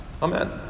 Amen